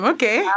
Okay